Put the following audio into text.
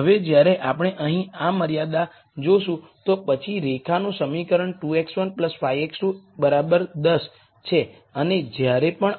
હવે જ્યારે આપણે અહીં આ મર્યાદા જોશું તો પછી રેખાનું સમીકરણ 2 x1 5 x2 10 છે અને જ્યારે પણ